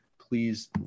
Please